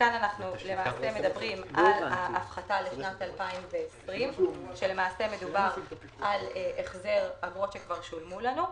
כאן אנחנו מדברים על ההפחתה לשנת 2020. מדובר על החזר אגרות שכבר שולמו לנו.